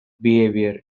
behavior